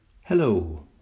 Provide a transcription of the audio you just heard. Hello